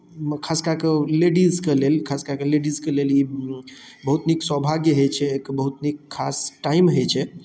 खास कए कऽ लेडीजके लेल खास कए कऽ लेडीजके लेल ई बहुत नीक सौभाग्य होइत छै एकर बहुत नीक खास टाइम होइत छै